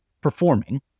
performing